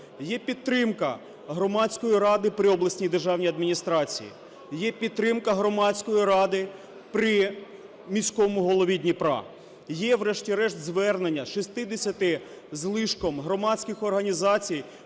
Є підтримка громадської ради при обласній державній адміністрації. Є підтримка громадської ради при міському голові Дніпра. Є, врешті-решт, звернення 60 з лишком громадських організацій